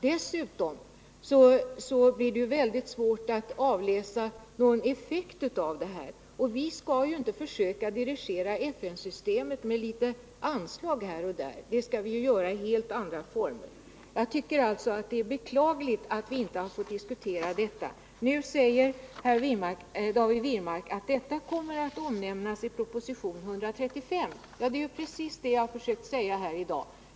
Dessutom blir det omöjligt att avläsa effekten av sådan verksamhet. Vi skall inte försöka dirigera FN-systemet med små anslag här och där. Jag tycker alltså att det är beklagligt att vi inte har fått diskutera detta. Nu säger David Wirmark att detta omnämns i proposition 135. Ja, det är precis vad jag har försökt säga här i dag.